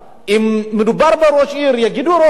אם מדובר בראש עיר, יגידו ראש עיר.